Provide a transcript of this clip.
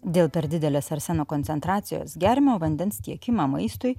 dėl per didelės arseno koncentracijos geriamojo vandens tiekimą maistui